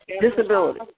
Disability